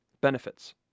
Benefits